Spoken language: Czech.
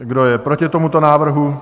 Kdo je proti tomuto návrhu?